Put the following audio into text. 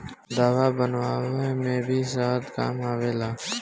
दवाई बनवला में भी शहद काम आवेला